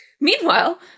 Meanwhile